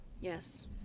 yes